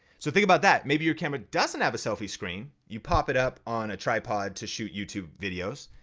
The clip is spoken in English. so think about that. maybe your camera doesn't have a selfie screen, you pop it up on a tripod to shoot youtube videos,